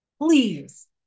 Please